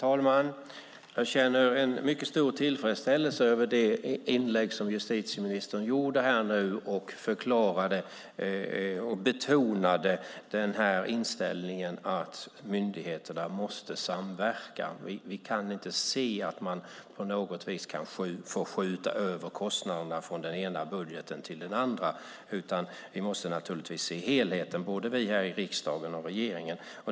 Herr talman! Jag känner stor tillfredsställelse över det inlägg som justitieministern gjorde där hon förklarade och betonade inställningen att myndigheterna måste samverka. Vi kan inte ha det så att man kan skjuta över kostnaderna från den ena budgeten till den andra, utan vi måste naturligtvis se till helheten. Det gäller både riksdagen och regeringen.